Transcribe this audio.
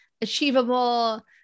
achievable